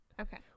Okay